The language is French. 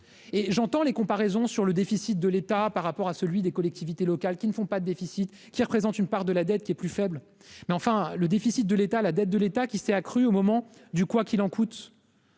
et j'entends les comparaisons sur le déficit de l'État par rapport à celui des collectivités locales qui ne font pas de déficit qui représentent une part de la dette qui est plus faible, mais enfin, le déficit de l'État, la dette de l'État qui s'est accru au moment du quoi qu'il en coûte,